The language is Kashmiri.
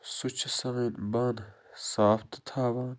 سُہ چھُ سٲنۍ بانہٕ صاف تہِ تھاوان